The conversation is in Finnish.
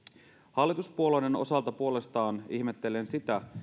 hallituspuolueiden osalta puolestaan ihmettelen sitä